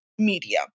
media